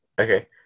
okay